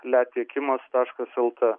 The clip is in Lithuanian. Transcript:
letiekimas taškas lt